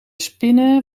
spinnen